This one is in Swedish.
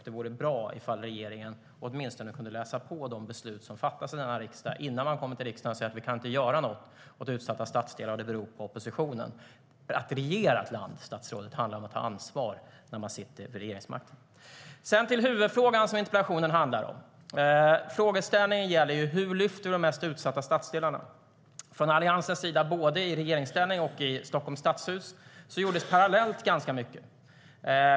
Det vore bra om regeringen åtminstone kunde läsa på de beslut som fattas i denna riksdag innan man kommer till riksdagen och säger att man inte kan göra något åt utsatta stadsdelar och att det beror på oppositionen. Att regera ett land, statsrådet, handlar om att ta ansvar när man sitter med regeringsmakten. Sedan till den huvudfråga som interpellationen handlar om. Frågeställningen gäller hur vi lyfter de mest utsatta stadsdelarna. Från Alliansens sida - både i regeringsställning och i Stockholms stadshus - gjordes parallellt ganska mycket.